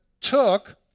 took